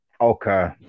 Okay